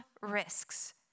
risks